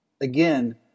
Again